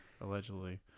Allegedly